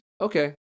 okay